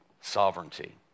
sovereignty